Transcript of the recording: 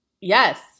Yes